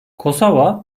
kosova